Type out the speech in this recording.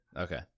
Okay